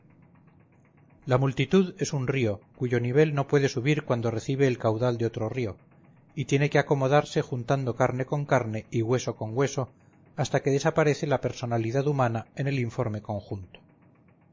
la multitud es un río cuyo nivel no puede subir cuando recibe el caudal de otro río y tiene que acomodarse juntando carne con carne y hueso con hueso hasta que desaparece la personalidad humana en el informe conjunto